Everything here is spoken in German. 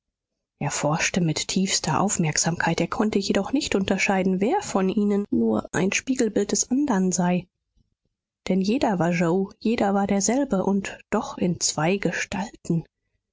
forschte mit tiefster aufmerksamkeit er konnte jedoch nicht unterscheiden wer von ihnen nur ein spiegelbild des andern sei denn jeder war yoe jeder war derselbe und doch in zwei gestalten